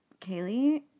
Kaylee